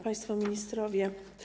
Państwo Ministrowie!